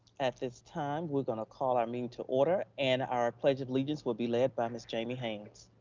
at this time, we're gonna call our meeting to order and our pledge of allegiance will be led by ms. jamie haynes.